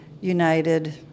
United